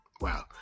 Wow